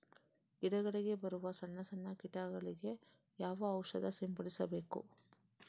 ಗಿಡಗಳಿಗೆ ಬರುವ ಸಣ್ಣ ಸಣ್ಣ ಕೀಟಗಳಿಗೆ ಯಾವ ಔಷಧ ಸಿಂಪಡಿಸಬೇಕು?